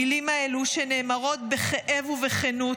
המילים האלה, שנאמרות בכאב ובכנות,